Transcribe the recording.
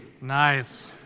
Nice